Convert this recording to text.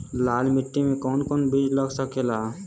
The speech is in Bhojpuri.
लाल मिट्टी में कौन कौन बीज लग सकेला?